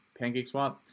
PancakeSwap